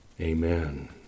Amen